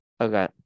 Okay